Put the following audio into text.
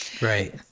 right